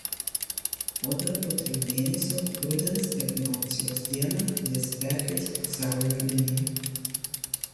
o dar po trijų mėnesių rudens ekvinokcijos dieną jis perkirs pusiaujo liniją